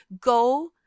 go